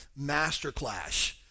masterclass